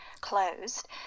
closed